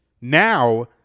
now